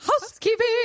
housekeeping